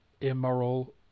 immoral